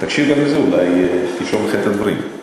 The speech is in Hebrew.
תקשיב גם לזה, אולי תרשום לך את הדברים.